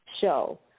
show